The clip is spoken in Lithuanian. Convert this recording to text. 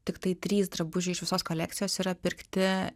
tiktai trys drabužiai iš visos kolekcijos yra pirkti